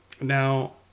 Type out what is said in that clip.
Now